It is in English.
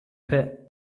pit